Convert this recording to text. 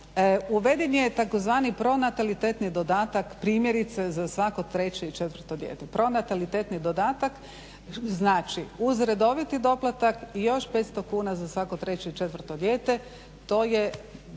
Uveden je tzv. pronatalitetni dodatak primjerice za svako 3 i 4 dijete. Pronatalitetni dodatak znači uz redoviti doplatak još 500 kuna za svako 3 i 4 dijete,